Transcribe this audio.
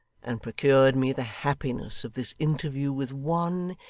and procured me the happiness of this interview with one,